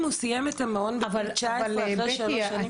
אם הוא סיים את המעון בגיל 19 אחרי שלוש שנים.